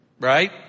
right